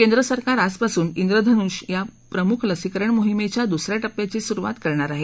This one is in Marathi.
केंद्र सरकार आजपासून ब्रिधनुष या प्रमुख लसीकरण मोहीमेच्या दूसऱ्या टप्प्याची सुरुवात करणार आहे